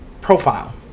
profile